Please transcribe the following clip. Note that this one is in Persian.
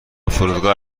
فرودگاه